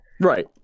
Right